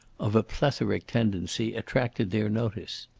of a plethoric tendency, attracted their notice.